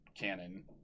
cannon